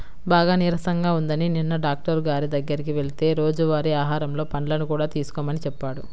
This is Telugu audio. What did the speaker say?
బాగా నీరసంగా ఉందని నిన్న డాక్టరు గారి దగ్గరికి వెళ్తే రోజువారీ ఆహారంలో పండ్లను కూడా తీసుకోమని చెప్పాడు